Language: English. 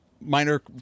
minor